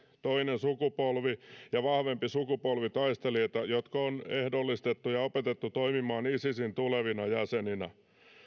toinen sukupolvi ja vahvempi sukupolvi taistelijoita jotka on ehdollistettu ja opetettu toimimaan isisin tulevina jäseninä